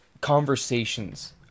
conversations